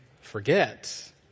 forget